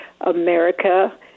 America